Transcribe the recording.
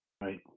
Right